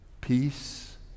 peace